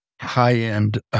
high-end